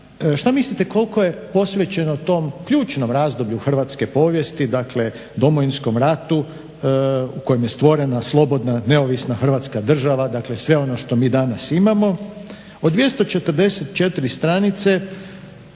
šta mislite koliko je posvećeno tom ključnom razdoblju hrvatske povijesti, dakle Domovinskom ratu u kojem je stvorena slobodna, neovisna Hrvatska država. Dakle, sve ono što mi danas imamo.